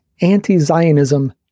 anti-Zionism